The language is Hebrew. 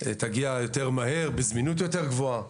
תגיע מהר, בזמינות יותר גבוהה,